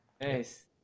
Nice